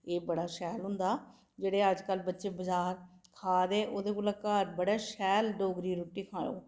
एह् बड़ा शैल होंदा जेह्ड़े अजकल बच्चे बजार खा दे ओह्दे कोला घर बड़ै शैल डोगरी रुट्टी खोओ